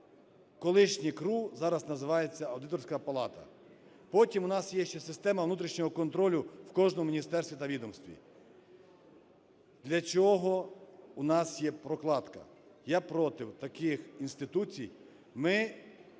колишнє КРУ, зараз називається Аудиторська палата, потім у нас є ще система внутрішнього контролю в кожному міністерстві та відомстві. Для чого у нас є прокладка? Я проти таких інституцій.